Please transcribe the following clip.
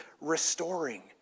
restoring